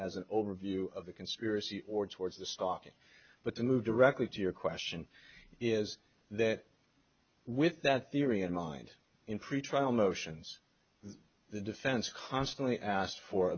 as an overview of a conspiracy or towards the stock but to move directly to your question is that with that theory in mind in pretrial motions the defense constantly asked for